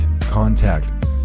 contact